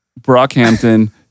Brockhampton